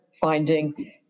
finding